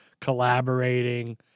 collaborating